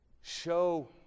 Show